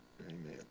Amen